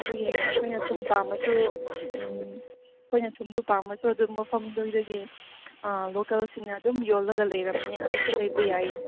ꯑꯗꯨꯒꯤ ꯑꯩꯈꯣꯏꯅ ꯊꯨꯝ ꯄꯥꯝꯃꯁꯨ ꯎꯝ ꯑꯩꯈꯣꯏꯅ ꯊꯨꯝꯗꯣ ꯄꯥꯝꯃꯁꯨ ꯑꯗꯨ ꯃꯐꯝꯗꯨꯗꯒꯤ ꯂꯣꯀꯦꯜꯁꯤꯡꯅ ꯑꯗꯨꯝ ꯌꯣꯜꯂꯒ ꯂꯩꯔꯝꯅꯤ ꯑꯗꯨꯁꯨ ꯂꯩꯕ ꯌꯥꯏꯌꯦ